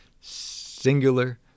singular